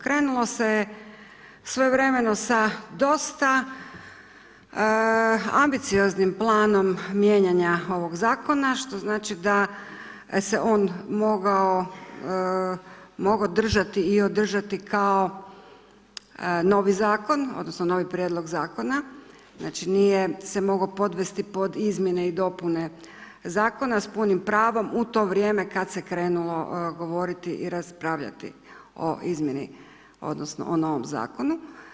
Krenulo se svojevremeno sa dosta ambicioznim planom mijenjanja ovoga zakona što znači da se on mogao držati i održati kao novi zakon odnosno novi prijedlog zakona, znači nije se mogao podvesti pod izmjene i dopune zakona s punim pravom u to vrijeme kad se krenulo govoriti i raspravljati o izmjeni odnosno o novom zakonu.